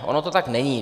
Ono to tak není.